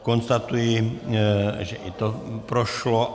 Konstatuji, že i to prošlo.